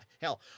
hell